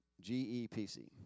G-E-P-C